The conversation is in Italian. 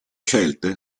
scelte